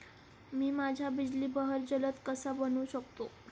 मी माझ्या बिजली बहर जलद कसा बनवू शकतो?